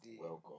Welcome